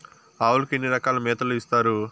ఆవులకి ఎన్ని రకాల మేతలు ఇస్తారు?